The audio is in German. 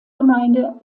gemeinde